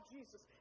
Jesus